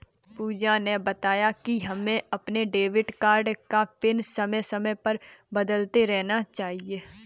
पूजा ने बताया कि हमें अपने डेबिट कार्ड का पिन समय समय पर बदलते रहना चाहिए